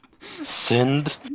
Send